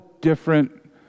different